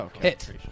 Hit